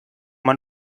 man